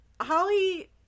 Holly